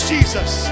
Jesus